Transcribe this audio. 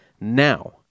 now